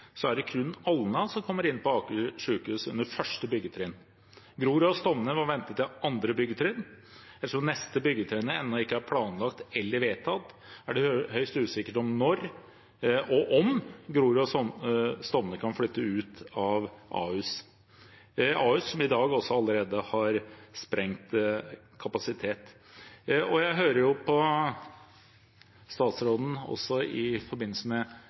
er det kun Alna som kommer inn på Aker sykehus under første byggetrinn. Grorud og Stovner må vente til andre byggetrinn. Jeg tror neste byggetrinn ennå ikke er planlagt eller vedtatt. Det er høyst usikkert om når og om Grorud og Stovner kan flytte ut av Ahus, som allerede i dag har sprengt kapasitet. Jeg hører på statsråden også i forbindelse